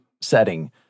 setting